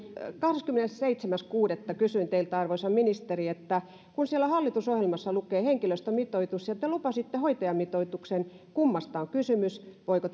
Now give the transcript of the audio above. kahdeskymmenesseitsemäs kuudetta kysyin teiltä arvoisa ministeri että kun siellä hallitusohjelmassa lukee henkilöstömitoitus ja te lupasitte hoitajamitoituksen niin kummasta on kysymys voiko